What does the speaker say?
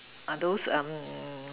are those